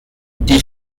die